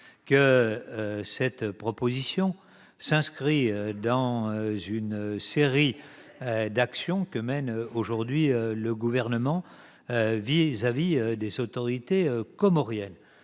que cette proposition s'inscrit dans une série d'actions que mène aujourd'hui le Gouvernement vis-à-vis des autorités comoriennes.